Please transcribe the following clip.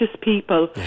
people